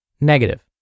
Negative